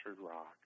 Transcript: rock